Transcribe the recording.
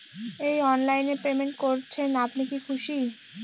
এই অনলাইন এ পেমেন্ট করছেন আপনি কি খুশি?